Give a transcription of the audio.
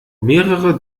mehrere